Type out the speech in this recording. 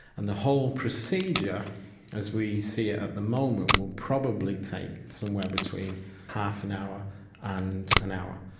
and the whole procedure as we see it at the moment will probably take somewhere between half an hour and an hour.